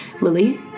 lily